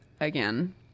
again